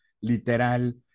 literal